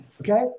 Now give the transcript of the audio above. Okay